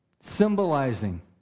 Symbolizing